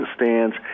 stands